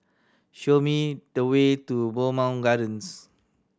show me the way to Bowmont Gardens